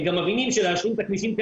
הם גם מבינים שלהשלים את הכבישים,